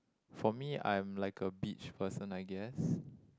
for me I'm like a beach person I guess